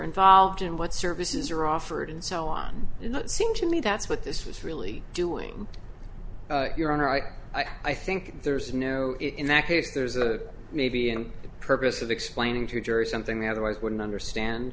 involved in what services are offered and so on seem to me that's what this was really doing your honor i i think there's no in that case there's a maybe and purpose of explaining to a jury something they otherwise wouldn't understand